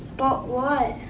but what?